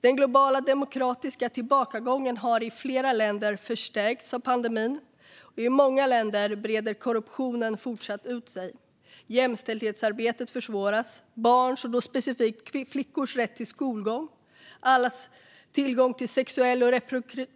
Den globala demokratiska tillbakagången har i flera länder förstärkts av pandemin. I många länder breder korruptionen fortsatt ut sig. Jämställdhetsarbetet försvåras, barns och då specifikt flickors rätt till skolgång, allas tillgång till sexuell och